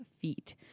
feet